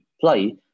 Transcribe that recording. play